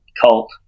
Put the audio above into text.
cult